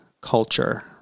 culture